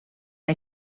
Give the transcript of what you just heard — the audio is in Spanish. una